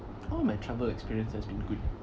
all my travel experience has been good